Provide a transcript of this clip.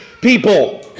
people